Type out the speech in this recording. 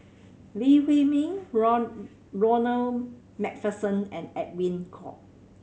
Lee Huei Min Ronald Macpherson and Edwin Koek